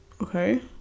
Okay